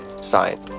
sign